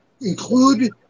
include